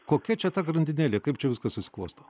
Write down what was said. kokia čia ta grandinėlė kaip čia viskas susiklosto